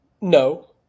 no